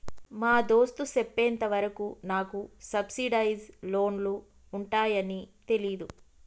మా దోస్త్ సెప్పెంత వరకు నాకు సబ్సిడైజ్ లోన్లు ఉంటాయాన్ని తెలీదు